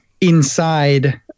inside